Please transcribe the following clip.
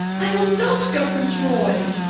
i will not go from troy.